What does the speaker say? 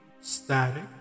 static